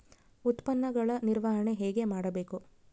ಉತ್ಪನ್ನಗಳ ನಿರ್ವಹಣೆ ಹೇಗೆ ಮಾಡಬೇಕು?